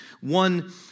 One